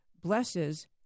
blesses